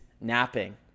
napping